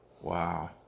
Wow